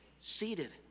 seated